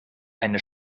eine